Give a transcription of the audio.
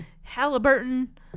Halliburton